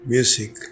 Music